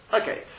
Okay